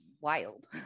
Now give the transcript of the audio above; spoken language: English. wild